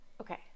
Okay